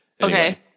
Okay